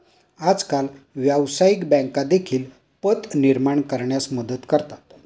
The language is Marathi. आजकाल व्यवसायिक बँका देखील पत निर्माण करण्यास मदत करतात